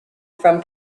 from